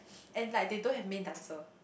and like they don't have main dancer